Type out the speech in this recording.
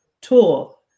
tool